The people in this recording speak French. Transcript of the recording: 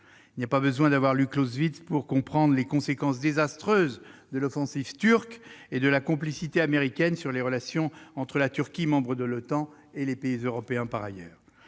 Il n'est pas besoin d'avoir lu Clausewitz pour comprendre les conséquences désastreuses de l'offensive turque et de la complicité américaine sur les relations entre la Turquie, membre de l'OTAN, et les pays européens. Le